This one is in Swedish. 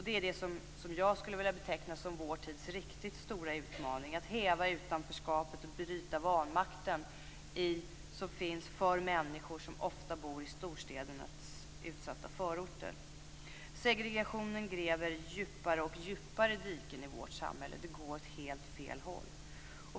Det är det som jag skulle beteckna som vår tids riktigt stora utmaning, att häva utanförskapet och bryta den vanmakt som finns för människor som ofta bor i storstädernas utsatta förorter. Segregationen gräver allt djupare diken i vårt samhälle. Det går åt helt fel håll.